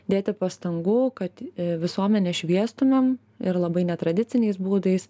dėti pastangų kad visuomenę šviestumėm ir labai netradiciniais būdais